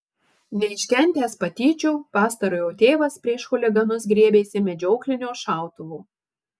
neiškentęs patyčių pastarojo tėvas prieš chuliganus griebėsi medžioklinio šautuvo